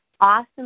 awesome